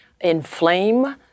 inflame